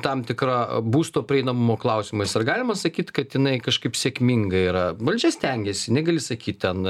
tam tikra būsto prieinamumo klausimais ar galima sakyt kad jinai kažkaip sėkminga yra valdžia stengiasi negali sakyt ten